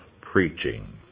preaching